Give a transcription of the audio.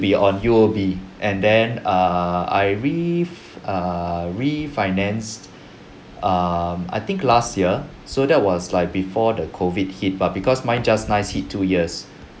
be on U_O_B and then err I re~ err refinanced um I think last year so that was like before the COVID hit but because mine just nice hit two years